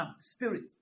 spirit